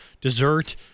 dessert